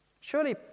Surely